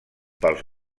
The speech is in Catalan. pels